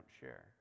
share